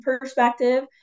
perspective